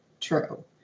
true